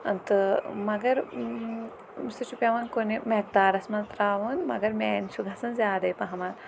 تہٕ مگر سُہ چھُ پیوان کُنہِ میکدارس منٛز تراوُن مَگر مین چھُ گَژھان زیادے پَہمَت